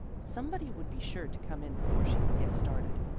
somebody would be sure to come in before she could get started,